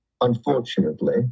unfortunately